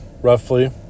roughly